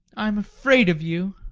i am afraid of you.